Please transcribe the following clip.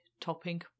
topping